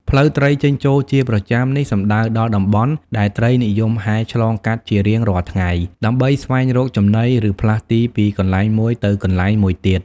ផ្លូវត្រីចេញចូលជាប្រចាំ នេះសំដៅដល់តំបន់ដែលត្រីនិយមហែលឆ្លងកាត់ជារៀងរាល់ថ្ងៃដើម្បីស្វែងរកចំណី ឬផ្លាស់ទីពីកន្លែងមួយទៅកន្លែងមួយទៀត។